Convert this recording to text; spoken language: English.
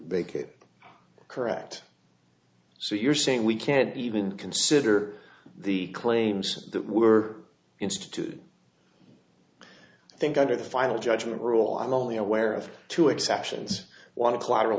vacated correct so you're saying we can't even consider the claims that were instituted i think under the final judgment rule i'm only aware of two exceptions one of collateral